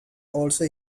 also